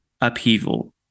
upheaval